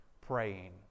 praying